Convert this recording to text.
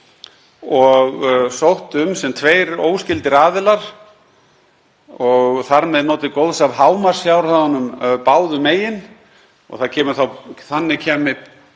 og sótt um sem tveir óskyldir aðilar og þar með notið góðs af hámarksfjárhæðunum báðum megin. Þannig kemur